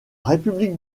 république